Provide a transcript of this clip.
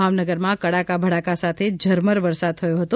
ભાવનગરમાં કડાકા ભડાકા સાથે ઝરમર વરસાદ થયો હતો